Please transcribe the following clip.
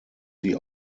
sie